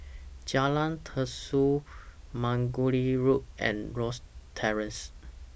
Jalan Terusan Margoliouth Road and Rosyth Terrace